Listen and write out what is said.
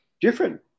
different